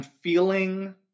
feeling